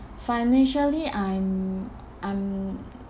financially I'm I'm